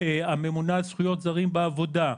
הממונה על זכויות זרים בעבודה,